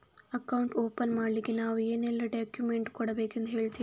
Account open ಮಾಡ್ಲಿಕ್ಕೆ ನಾವು ಏನೆಲ್ಲ ಡಾಕ್ಯುಮೆಂಟ್ ಕೊಡಬೇಕೆಂದು ಹೇಳ್ತಿರಾ?